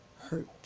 Hurt